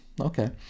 Okay